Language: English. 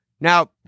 Now